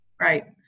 right